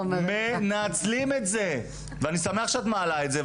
אני שמח שאת מעלה את זה,